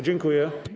Dziękuję.